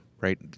right